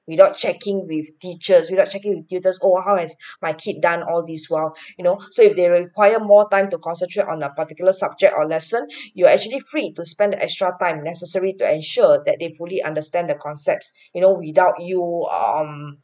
without checking with teachers without checking with tutors oh how is my kid done all these while you know so if they require more time to concentrate on a particular subject or lesson you actually free to spend extra time necessary to ensure that they fully understand the concepts you know without your um